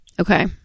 Okay